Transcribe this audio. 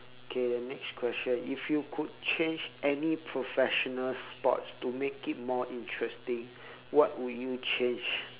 K the next question if you could change any professional sport to make it more interesting what would you change